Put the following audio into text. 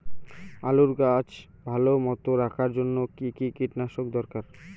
আলুর গাছ ভালো মতো রাখার জন্য কী কী কীটনাশক দরকার?